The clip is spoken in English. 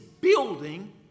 building